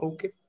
Okay